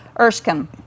Erskine